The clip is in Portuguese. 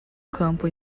campo